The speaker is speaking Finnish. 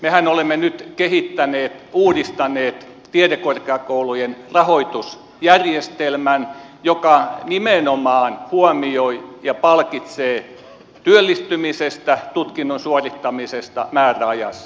mehän olemme nyt kehittäneet uudistaneet tiedekorkeakoulujen rahoitusjärjestelmän joka nimenomaan huomioi ja palkitsee työllistymisestä tutkinnon suorittamisesta määräajassa